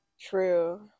True